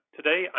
Today